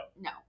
no